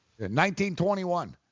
1921